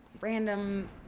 random